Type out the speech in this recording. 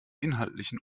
inhaltlichen